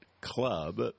club